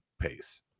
pace